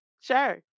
sure